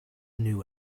knew